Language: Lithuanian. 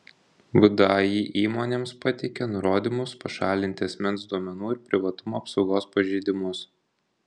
vdai įmonėms pateikė nurodymus pašalinti asmens duomenų ir privatumo apsaugos pažeidimus